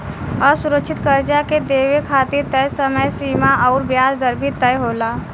असुरक्षित कर्जा के देवे खातिर तय समय सीमा अउर ब्याज दर भी तय होला